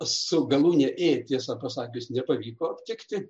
su galūne ė tiesą pasakius nepavyko aptikti